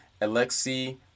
Alexei